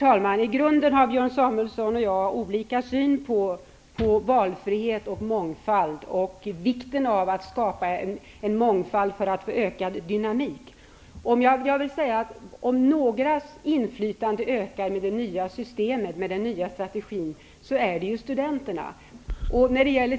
Herr talman! Björn Samuelson och jag har i grunden olika syn på valfrihet och på vikten av att skapa mångfald för att få ökad dynamik. Om inflytandet ökar för några med den nya strategin är det för studenterna.